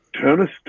Turnus